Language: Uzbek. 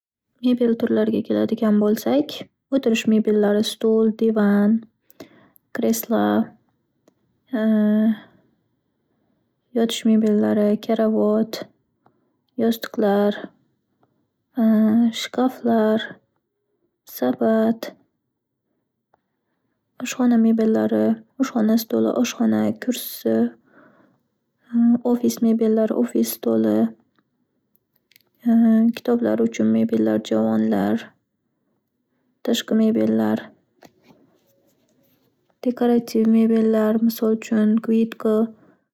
Mebel turlariga keladigan bo'lsak: o'tirish mebellari, stol, divan, kreslo, yotish mebellari, karavot, yostiqlar, shkaflar, savat, oshxona mebellari, oshxona stoli, oshxona kursisi, ofis mebellari, ofis stoli, kitoblar uchun mebellar, javonlar, tashqi mebellar, dekorativ mebellar, misol uchun, kvitko.